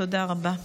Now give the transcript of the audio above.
תודה רבה.